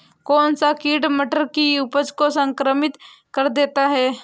कौन सा कीट मटर की उपज को संक्रमित कर देता है?